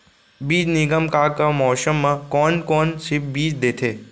बीज निगम का का मौसम मा, कौन कौन से बीज देथे?